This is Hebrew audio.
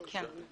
בבקשה.